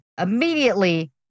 immediately